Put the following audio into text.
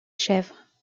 chèvres